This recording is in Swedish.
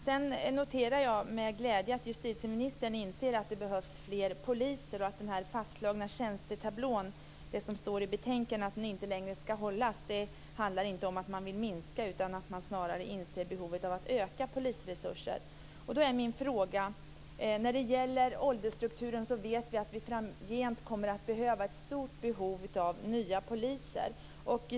Sedan noterar jag med glädje att justitieministern inser att det behövs fler poliser och att den fastslagna tjänstetablån inte längre ska hållas - det står också i betänkandet. Det handlar inte om att man vill minska resurserna utan snarare om att man inser behovet av att öka polisresurserna. Med tanke på åldersstrukturen vet vi att det framgent kommer att finnas ett stort behov av nya poliser.